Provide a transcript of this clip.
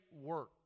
work